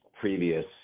previous